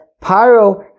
Pyro